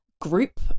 group